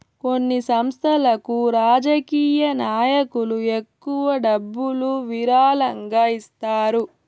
కొన్ని సంస్థలకు రాజకీయ నాయకులు ఎక్కువ డబ్బులు విరాళంగా ఇస్తారు